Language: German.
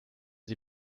sie